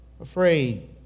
afraid